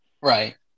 Right